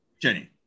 Jenny